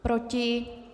Proti?